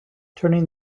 turning